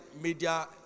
media